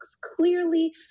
clearly